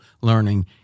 learning